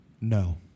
No